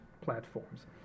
platforms